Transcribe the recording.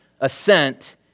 assent